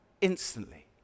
instantly